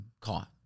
caught